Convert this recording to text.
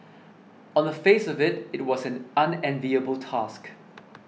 on the face of it it was an unenviable task